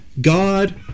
God